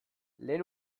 lehen